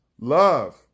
love